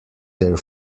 their